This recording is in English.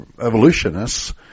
evolutionists